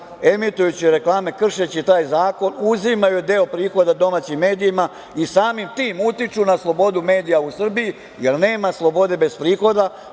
emitujući reklame, kršeći taj zakon uzimaju deo prihoda domaći medijima i samim tim utiču na slobodu medija u Srbiji, jer nema slobode bez prihoda.